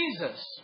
Jesus